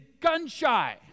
gun-shy